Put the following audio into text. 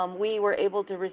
um we were able to,